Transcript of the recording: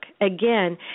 Again